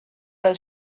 does